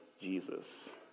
Jesus